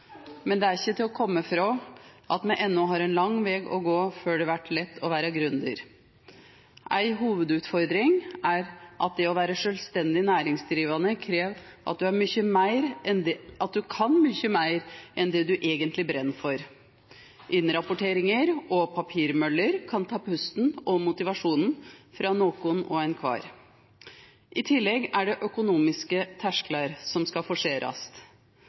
Men det er ikkje til å koma frå at me enno har ein lang veg å gå før det vert lett å vera gründer. Ei hovudutfordring er at å vera sjølvstendig næringsdrivande krev at ein kan mykje meir enn det ein eigentleg brenn for. Rapporteringar og papirmøller kan ta pusten og motivasjonen frå nokon kvar. I tillegg er det økonomiske tersklar som skal forserast.